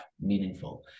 meaningful